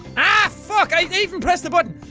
ah fuck! i even pressed the button!